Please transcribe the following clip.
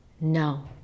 no